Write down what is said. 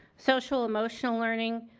social emotional learning,